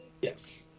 Yes